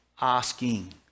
asking